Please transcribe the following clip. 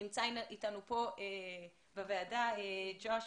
נמצא אתנו בוועדה ג'וש.